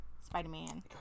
Spider-Man